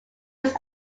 was